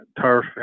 turf